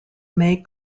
may